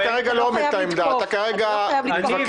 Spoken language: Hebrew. אתה כרגע לא אומר את העמדה, אתה כרגע מתווכח.